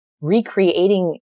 recreating